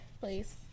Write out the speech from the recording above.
please